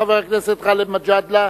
חבר הכנסת גאלב מג'אדלה.